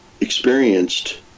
experienced